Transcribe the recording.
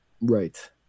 right